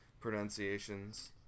pronunciations